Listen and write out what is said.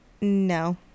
No